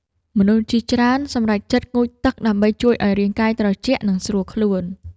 មនុស្សជាច្រើនសម្រេចចិត្តងូតទឹកដើម្បីជួយឱ្យរាងកាយត្រជាក់ និងស្រួលខ្លួន។